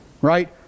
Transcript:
Right